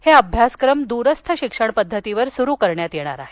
हे अभ्यासक्रम दूरस्थ शिक्षण पद्धतीवर सुरू करण्यात येणार आहेत